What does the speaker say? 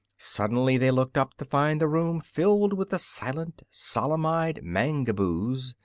suddenly they looked up to find the room filled with the silent, solemn-eyed mangaboos.